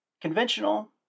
Conventional